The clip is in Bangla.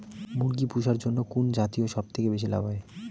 মুরগি পুষার জন্য কুন জাতীয় সবথেকে বেশি লাভ হয়?